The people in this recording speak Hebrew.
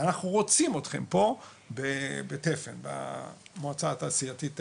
אנחנו רוצים אתכם פה במועצה התעשייתית תפן.